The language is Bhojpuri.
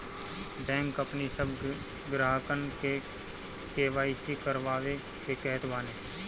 बैंक अपनी सब ग्राहकन के के.वाई.सी करवावे के कहत बाने